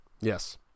Yes